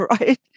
right